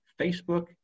Facebook